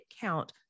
count